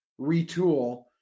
retool